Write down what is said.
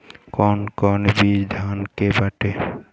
कौन कौन बिज धान के बाटे?